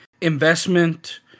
investment